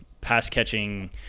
pass-catching